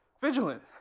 Vigilant